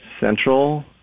Central